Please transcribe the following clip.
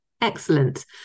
excellent